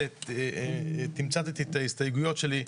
תמצתי את ההסתייגויות שלי,